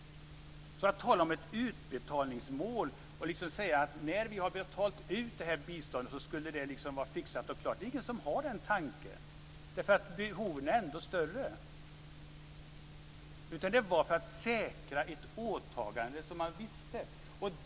Det är ingen som har tanken att tala om ett utbetalningsmål där allt är fixat och färdigt när biståndet har betalts ut. Behoven är ändå större. Målet sattes för att säkra ett åtagande.